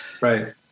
right